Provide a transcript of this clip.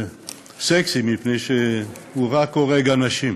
מפני שהוא רק הורג אנשים.